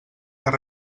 fer